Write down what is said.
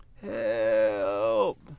help